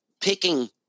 picking